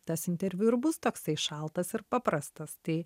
tas interviu ir bus toksai šaltas ir paprastas tai